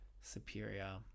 superior